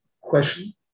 Question